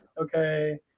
Okay